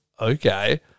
okay